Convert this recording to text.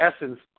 essence